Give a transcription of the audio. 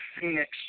phoenix